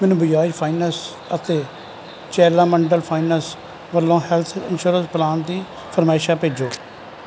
ਮੈਨੂੰ ਬਜਾਜ ਫਾਈਨੈਂਸ ਅਤੇ ਚੋਲਾਮੰਡਲਮ ਫਾਈਨੈਂਸ ਵੱਲੋ ਹੈੱਲਥ ਇੰਸੂਰੈਂਸ ਪਲਾਨ ਦੀ ਫਰਮਾਇਸ਼ਾ ਭੇਜੋਂ